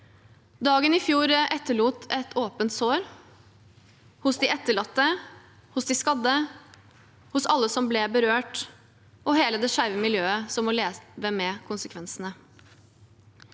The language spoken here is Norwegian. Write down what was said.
Dagen i fjor etterlot et åpent sår – hos de etterlatte, hos de skadde, hos alle som ble berørt, og hos hele det skeive miljøet som må leve med konsekvensene.